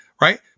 right